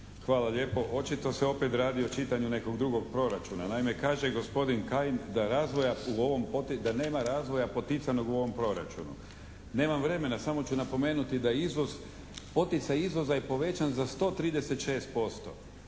Hvala lijepo. Očito se opet radi o čitanju nekog drugog proračuna. Naime, kaže gospodin Kajin da nema razvoja poticanog u ovom proračunu. Nemam vremena, samo ću napomenuti da izvoz, poticaj izvoza je povećan za 136%,